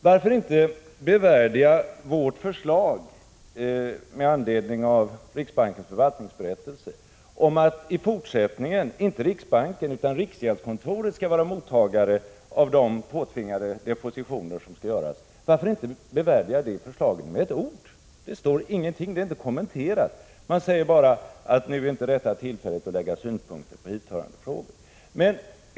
Varför inte med ett ord bevärdiga vårt förslag med anledning av riksbankens förvaltningsberättelse om att i fortsättningen inte riksbanken utan riksgäldskontoret skall vara mottagare av de påtvingade depositioner som skall göras? Men det står ingenting, det har inte kommenterats. Man säger bara att det nu inte är det rätta tillfället att lägga synpunkter på hithörande frågor.